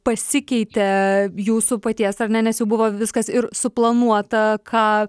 pasikeitė jūsų paties ar ne nes jau buvo viskas ir suplanuota ką